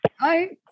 hi